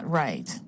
right